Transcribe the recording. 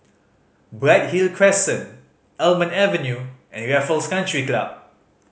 Bright Hill Crescent Almond Avenue and Raffles Country Club